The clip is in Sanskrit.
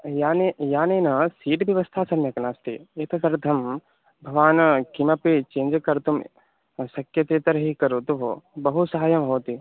याने यानेन सीटिङ्व्यवस्था सम्यक् नास्ति एतदर्थं भवान् किमपि चेञ्ज् कर्तुं शक्यते तर्हि करोतु भोः बहु साहाय्यं भवति